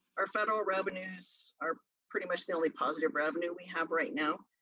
our federal revenues are pretty much the only positive revenue we have right now.